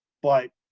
but,